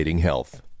health